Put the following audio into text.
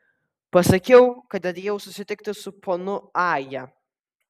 pasakiau kad atėjau susitikti su ponu aja